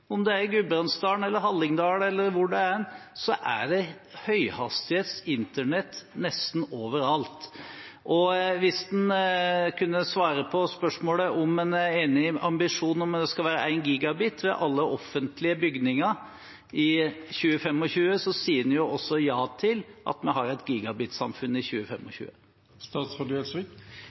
Om det er i Gudbrandsdalen eller i Hallingdal eller hvor det er hen, så er det høyhastighets internett nesten overalt. Hvis han kan svare på spørsmålet om han er enig i ambisjonen om det skal være 1 Gbit/s ved alle offentlige bygninger i 2025, sier han jo også ja til at vi har et gigabitsamfunn i